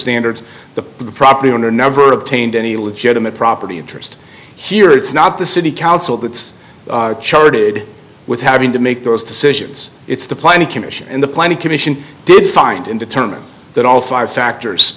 standards the property owner never obtained any legitimate property interest here it's not the city council that's charted with having to make those decisions it's the planning commission and the planning commission did find and determine that all five factors